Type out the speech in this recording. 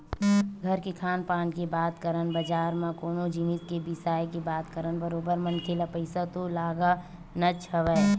घर के खान पान के बात करन बजार म कोनो जिनिस के बिसाय के बात करन बरोबर मनखे ल पइसा तो लगानाच हवय